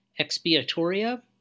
Expiatoria